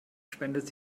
spendet